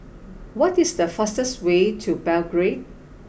what is the fastest way to Belgrade